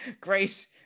Grace